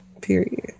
period